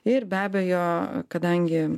ir be abejo kadangi